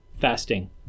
fasting